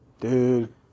Dude